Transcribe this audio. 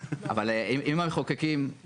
אשמח לתת לבני פרץ,